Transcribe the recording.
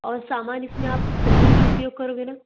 और सामान इसमें आप सही उपयोग करोगे न